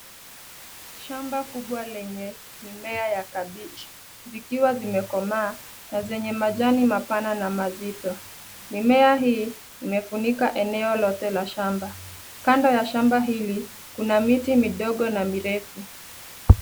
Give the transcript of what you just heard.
Shamba kubwa lenye mimea ya kabichi zikiwa zimekomaa na zenye majani mapana na mazito. Mimea hii imefunika eneo lote la shamba. Kando ya shamba hili kuna miti midogo na mirefu.